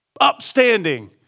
upstanding